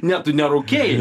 ne tu nerūkei